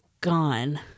gone